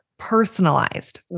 personalized